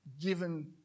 given